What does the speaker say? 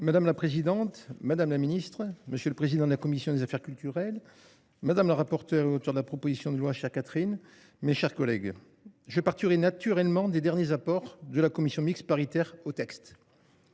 Madame la présidente, madame la ministre, monsieur le président de la commission de la culture, madame la rapporteure et auteure de la proposition de loi, chère Catherine Morin Desailly, mes chers collègues, je partirai naturellement des derniers apports de la commission mixte paritaire au texte.